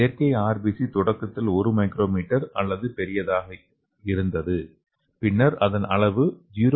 செயற்கை RBC தொடக்கத்தில் ஒரு மைக்ரோமீட்டர் அல்லது பெரியதாக இருந்தது பின்னர் அதன் அளவு 0